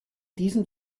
diesem